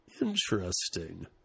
Interesting